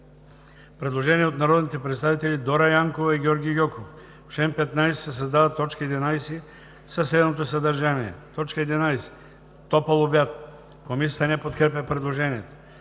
Предложение от народните представители Дора Янкова и Георги Гьоков: „В чл. 15 се създава т. 11 със следното съдържание: „11. топъл обяд.“ Комисията не подкрепя предложението.